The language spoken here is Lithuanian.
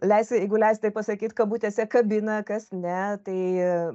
leis jeigu leis tai pasakyt kabutėse kabina kas ne tai